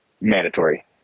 mandatory